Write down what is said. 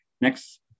Next